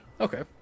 Okay